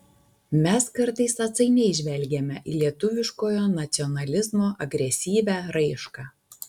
mes kartais atsainiai žvelgiame į lietuviškojo nacionalizmo agresyvią raišką